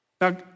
Now